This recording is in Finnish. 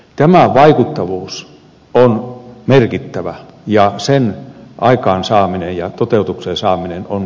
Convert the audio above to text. tämä vaikuttavuus tämä on merkittävä ja sen aikaansaaminen ja toteutukseen saaminen on